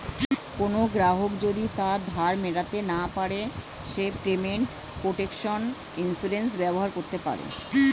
কোনো গ্রাহক যদি তার ধার মেটাতে না পারে সে পেমেন্ট প্রটেকশন ইন্সুরেন্স ব্যবহার করতে পারে